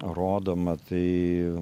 rodoma tai